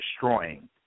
destroying